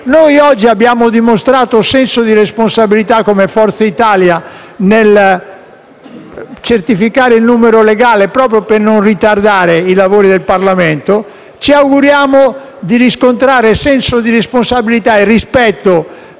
oggi ha dimostrato senso di responsabilità contribuendo a garantire il numero legale proprio per non ritardare i lavori del Parlamento. Ci auguriamo di riscontrare senso di responsabilità e rispetto